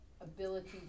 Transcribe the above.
ability